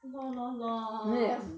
L_O_L L_O_L L_O_L